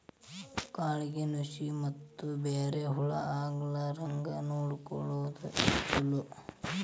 ಕಾಳಿಗೆ ನುಶಿ ಮತ್ತ ಬ್ಯಾರೆ ಹುಳಾ ಆಗ್ಲಾರಂಗ ನೊಡಕೊಳುದು ಚುಲೊ